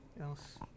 else